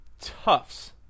Tufts